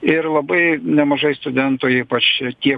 ir labai nemažai studentų ypač tie